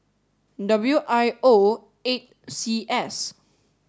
W I O eight C S